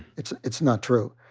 it's it's not true.